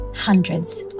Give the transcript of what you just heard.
hundreds